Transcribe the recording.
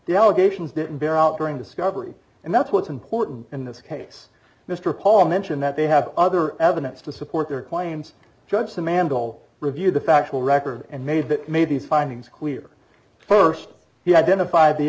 the allegations didn't bear out during discovery and that's what's important in this case mr paul mentioned that they have other evidence to support their claims judge the mandal reviewed the factual record and made that made these findings clear st he had then if i have the